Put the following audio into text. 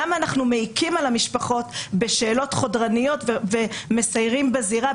למה אנחנו מעיקים על המשפחות בשאלות חודרניות ומסיירים בזירה,